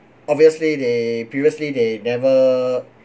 obviously they previously they never